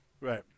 Right